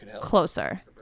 closer